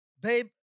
Babe